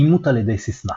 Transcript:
אימות על ידי סיסמה